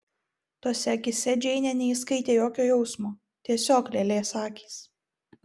tose akyse džeinė neįskaitė jokio jausmo tiesiog lėlės akys